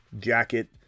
Jacket